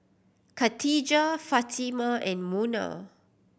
Katijah Fatimah and Munah